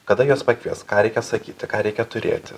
kada juos pakvies ką reikės sakyti ką reikia turėti